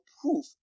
proof